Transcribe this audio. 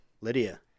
Lydia